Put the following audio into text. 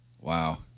Wow